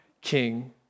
king